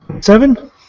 Seven